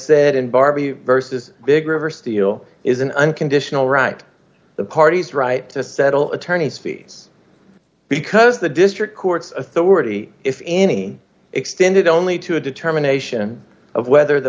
said in barbie vs big reverse deal is an unconditional right the parties right to settle attorney's fees because the district court's authority if any extended only to a determination of whether the